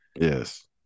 Yes